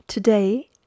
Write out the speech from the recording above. Today